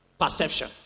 Perception